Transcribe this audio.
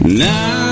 now